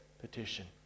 petition